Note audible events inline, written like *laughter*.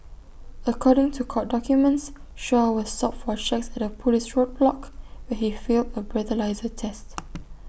according to court documents Shaw was stopped for checks at A Police roadblock where he failed A breathalyser test *noise*